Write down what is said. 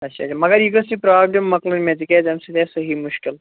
اچھا اچھا مگر یہِ گژھِ یہِ پرابلِم مۄکلٕنۍ مےٚ تِکیٛازِ أمۍ سۭتۍ آیہِ سہی مُشکِل